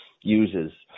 uses